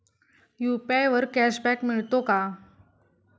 UPI वर cashback मिळतो का?